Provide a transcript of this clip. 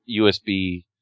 usb